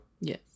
Yes